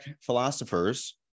philosophers